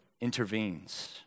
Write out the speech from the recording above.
intervenes